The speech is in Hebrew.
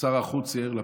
שר החוץ יאיר לפיד.